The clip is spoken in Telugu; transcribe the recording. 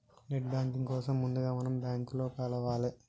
నెట్ బ్యాంకింగ్ కోసం ముందుగా మనం బ్యాంకులో కలవాలే